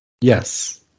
Yes